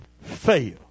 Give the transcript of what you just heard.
fail